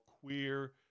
queer